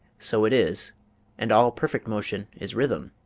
so it is and all perfect motion is rhythm.